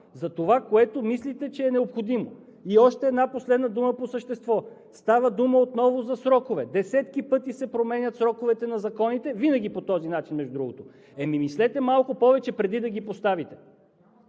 за това, което мислите, че е необходимо. И още една последна дума по същество. Става дума отново за срокове. Десетки пъти се променят сроковете на законите и винаги по този начин, между другото. Мислете малко повече преди да ги поставите.